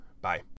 Bye